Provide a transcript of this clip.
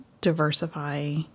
diversify